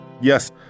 Yes